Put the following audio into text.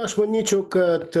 aš manyčiau kad